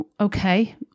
okay